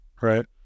Right